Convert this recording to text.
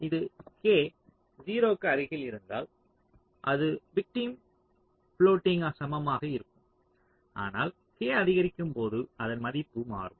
இந்த K 0 க்கு அருகில் இருந்தால் அது விக்டிம் பிலோட்டிங்க்கு சமமாக இருக்கும் ஆனால் K அதிகரிக்கும் போது அதன் மதிப்பு மாறும்